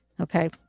okay